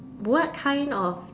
what kind of